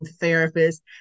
therapist